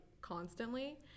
constantly